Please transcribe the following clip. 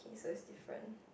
so it's different